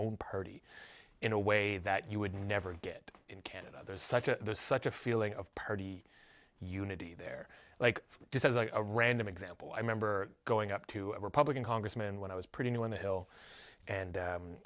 own party in a way that you would never get in canada there's such a such a feeling of party unity there like just as i ran them example i remember going up to a republican congressman when i was pretty new on the hill and